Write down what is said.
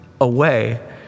away